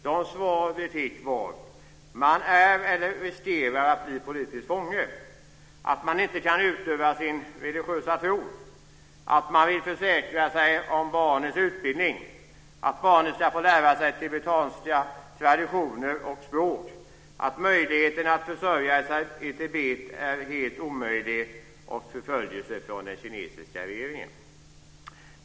De svar vi fick var att man är eller riskerar att bli politisk fånge, att man inte kan utöva sin religiösa tro, att man vill försäkra sig om barnens utbildning, att barnen ska få lära sig tibetanska traditioner och språk, att möjligheten att försörja sig i Tibet är helt obefintlig samt att man utsätts för förföljelse från den kinesiska regeringen.